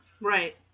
Right